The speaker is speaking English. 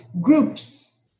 groups